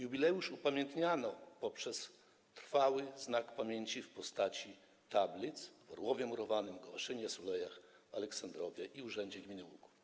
Jubileusz upamiętniono poprzez trwały znak pamięci w postaci tablic w Orłowie Murowanym, Gołaszynie, Sulejach, Aleksandrowie i Urzędzie Gminy Łuków.